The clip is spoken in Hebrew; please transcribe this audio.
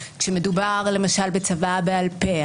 כשמדובר למשל על צוואה שבעל-פה,